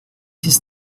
his